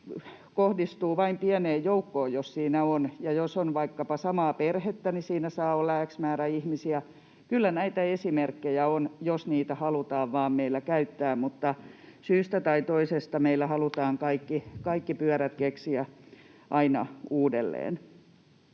kohdistuu vain pieneen joukkoon, ja jos on vaikkapa samaa perhettä, niin siinä saa olla x määrä ihmisiä. Kyllä näitä esimerkkejä on, jos niitä vain halutaan meillä käyttää, mutta syystä tai toisesta meillä halutaan kaikki pyörät keksiä aina uudelleen.